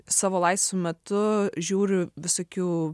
savo laisvu metu žiūriu visokių